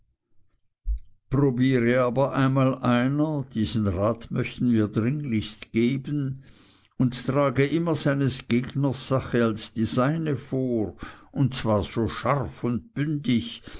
probiere aber einmal einer diesen rat machten wir dringlichst geben und trage immer seines gegners sache als die seine vor und zwar so scharf und bündig